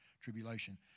tribulation